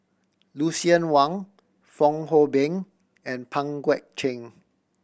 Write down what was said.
Lucien Wang Fong Hoe Beng and Pang Guek Cheng